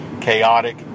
chaotic